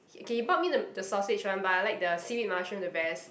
k he bought me the the sausage one but I like the seaweed mushroom the best